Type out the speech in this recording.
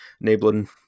enabling